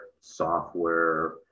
software